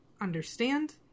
understand